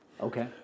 Okay